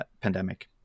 pandemic